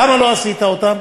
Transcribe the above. למה לא עשית אותן?